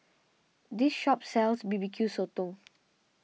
this shop sells B B Q Sotong